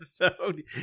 episode